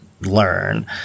learn